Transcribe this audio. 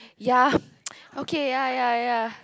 ya okay ya ya ya